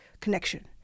connection